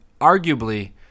arguably